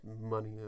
money